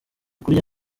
kurya